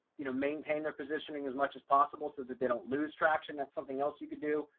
you know, maintain their positioning as much as possible so that they don't lose traction. that's something else you could do.